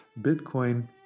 Bitcoin